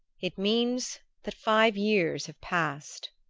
it means that five years have passed.